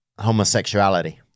homosexuality